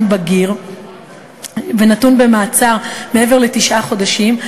בגיר נתון במעצר מעבר לתשעה חודשים,